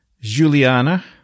Juliana